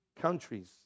countries